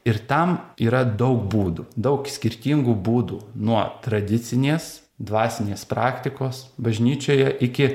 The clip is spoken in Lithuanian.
ir tam yra daug būdų daug skirtingų būdų nuo tradicinės dvasinės praktikos bažnyčioje iki